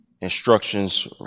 instructions